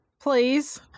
please